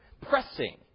pressing